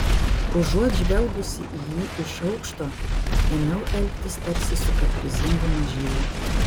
užuot žvelgusi į jį iš aukšto ėmiau elgtis tarsi su kaprizingu mažyliu